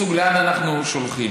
בסוג, לאן אנחנו שולחים.